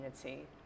community